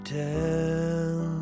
tell